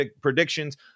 predictions